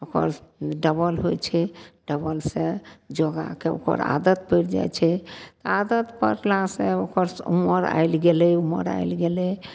ओकर डबल होइ छै डबलसँ योगाके ओकर आदत पड़ि जाइ छै आदत पड़लासँ ओकर उमर आयल गेलय उमर आयल गेलय